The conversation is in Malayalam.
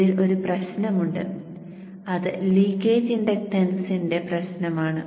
ഇതിൽ ഒരു പ്രശ്നമുണ്ട് അത് ലീക്കേജ് ഇൻഡക്റ്റൻസിന്റെ പ്രശ്നമാണ്